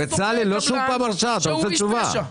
אתה רוצה תשובה.